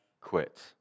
quit